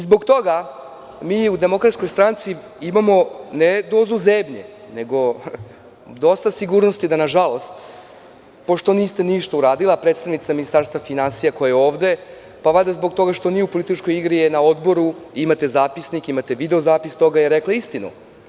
Zbog toga mi u DS imamo ne dozu zebnje nego dosta sigurnosti da, nažalost, pošto niste ništa uradili, a predstavnica Ministarstva finansija, koja je ovde, pa valjda zbog toga što nije u političkoj igri, je na odboru, imate zapisnike, imate video zapis toga, rekla istinu.